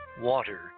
water